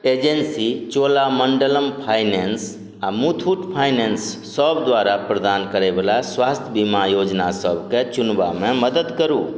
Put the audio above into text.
agency Cholamandalam finance आओर Muthoot finance सब द्वारा प्रदान करैवला स्वास्थ्य बीमा योजना सबकेँ चुनबामे मदति करू